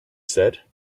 said